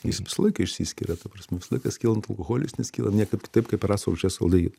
jis visą laiką išsiskiria ta prasme visą laiką skylant alkoholiui jis neskyla niekaip kitaip kaip per acto rūgšties aldehidą